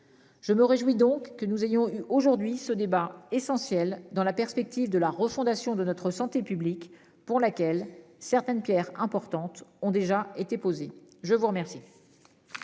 Je me réjouis donc que nous ayons aujourd'hui ce débat essentiel dans la perspective de la refondation de notre santé publique pour laquelle certaines pierres importantes ont déjà été posées. Je vous remercie.